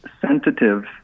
sensitive